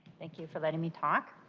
thank you for letting me talk,